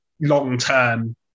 long-term